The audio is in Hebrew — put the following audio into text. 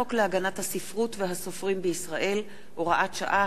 מטעם הממשלה: הצעת חוק להגנת הספרות והסופרים בישראל (הוראת שעה),